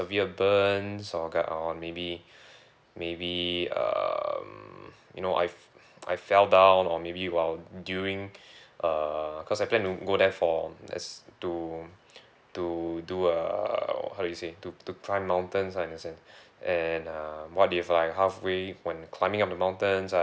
severe burns or kind or maybe maybe um you know I've I fell down or maybe while during uh cause I plan to go there for just to to do err how it say to to climb mountains ah in that sense and uh what if I halfway went climbing up the mountains I